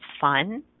fun